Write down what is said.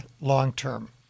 long-term